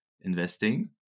investing